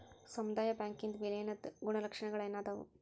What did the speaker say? ಸಮುದಾಯ ಬ್ಯಾಂಕಿಂದ್ ವಿಲೇನದ್ ಗುಣಲಕ್ಷಣಗಳೇನದಾವು?